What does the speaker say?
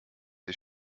ich